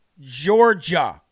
Georgia